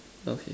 okay